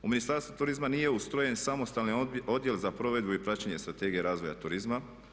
U Ministarstvu turizma nije ustrojen samostalni odjel za provedbu i praćenje strategije razvoja turizma.